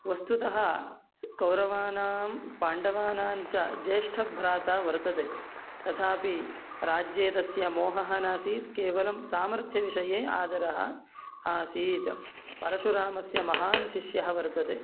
वस्तुतः कौरवानां पाण्डवानां च ज्येष्ठभ्राता वर्तते तथापि राज्ये तस्य मोहः नासीत् केवलं सामर्थ्यविषये आदरः आसीत् परशुरामस्य महान् शिष्यः वर्तते